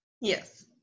Yes